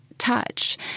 touch